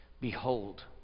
Behold